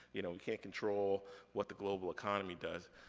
you know, we can't control what the global economy does.